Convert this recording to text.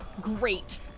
Great